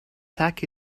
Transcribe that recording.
tack